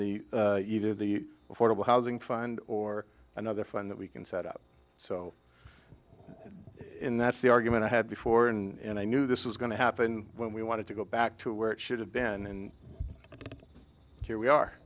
the either the affordable housing fund or another fund that we can set up so in that's the argument i had before and i knew this was going to happen when we wanted to go back to where it should have been but here we are